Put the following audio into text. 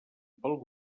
pel